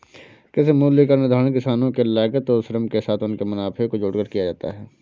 कृषि मूल्य का निर्धारण किसानों के लागत और श्रम के साथ उनके मुनाफे को जोड़कर किया जाता है